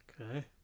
Okay